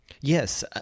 Yes